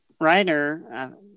writer